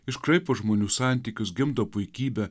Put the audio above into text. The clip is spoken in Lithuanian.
iškraipo žmonių santykius gimdo puikybę